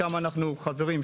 שמה אנחנו חברים,